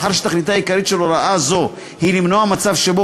מאחר שתכליתה העיקרית של הוראה זו היא למנוע מצב שבו